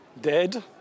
dead